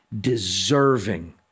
deserving